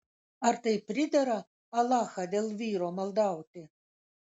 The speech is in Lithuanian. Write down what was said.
ar tai pridera alachą dėl vyro maldauti